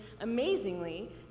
amazingly